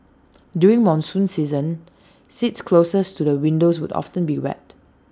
during monsoon season seats closest to the windows would often be wet